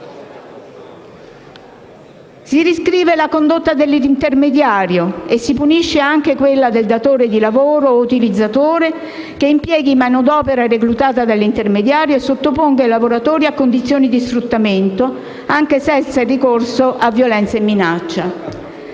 Si riscrive la condotta dell'intermediario e si punisce anche quella del datore di lavoro o utilizzatore, che impieghi manodopera reclutata dall'intermediario e sottoponga i lavoratori a condizioni di sfruttamento, anche senza il ricorso a violenza o minaccia.